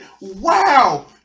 wow